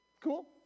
cool